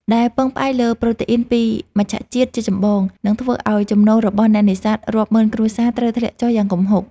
ដែលពឹងផ្អែកលើប្រូតេអ៊ីនពីមច្ឆជាតិជាចម្បង និងធ្វើឱ្យចំណូលរបស់អ្នកនេសាទរាប់ម៉ឺនគ្រួសារត្រូវធ្លាក់ចុះយ៉ាងគំហុក។